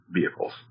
vehicles